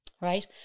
Right